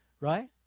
right